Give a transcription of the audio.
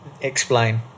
Explain